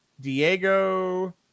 Diego